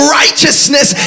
righteousness